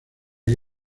que